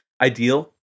ideal